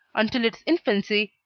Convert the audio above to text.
until its infancy,